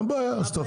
אין בעיה אז תחתימו.